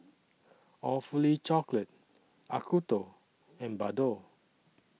Awfully Chocolate Acuto and Bardot